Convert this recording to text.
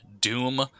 doom